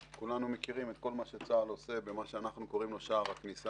כולנו מכירים את כל מה שצה"ל עושה במה שאנחנו קוראים לו "שער הכניסה",